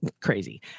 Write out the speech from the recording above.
crazy